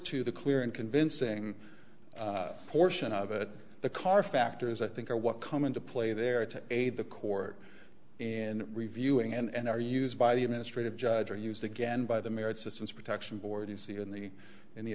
to the clear and convincing portion of it the car factors i think are what come into play there to aid the court in reviewing and are used by the administrative judge or used again by the merit system protection board you see in the in the